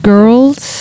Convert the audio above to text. Girls